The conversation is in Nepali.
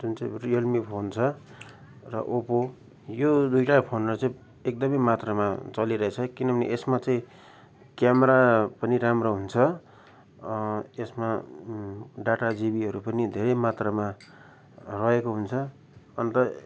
जुन चाहिँ रियलमी फोन छ र ओपो यो दुइटा फोनहरू चाहिँ एकदमै मात्रामा चलिरहेछ किनभने यसमा चाहिँ क्यामेरा पनि राम्रो हुन्छ यसमा डाटा जिबीहरू पनि धेरै मात्रामा रहेको हुन्छ अन्त